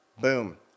Boom